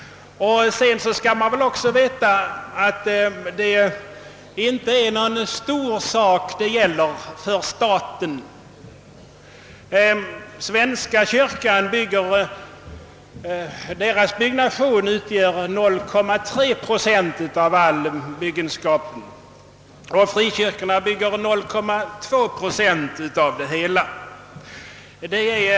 Man bör också veta, att det nuvarande kyrkbyggandet inte är någon stor sak för staten. Svenska kyrkans byggande utgör 0,3 procent och frikyrkornas 0,2 procent av all byggenskap.